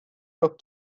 yok